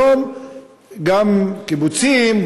היום גם בקיבוצים,